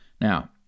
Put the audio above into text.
Now